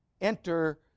enter